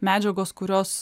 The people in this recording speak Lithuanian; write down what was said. medžiagos kurios